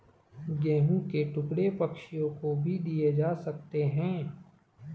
गेहूं के टुकड़े पक्षियों को भी दिए जा सकते हैं